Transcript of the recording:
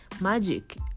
Magic